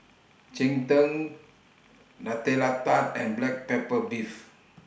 Cheng Tng Nutella Tart and Black Pepper Beef